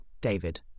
David